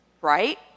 right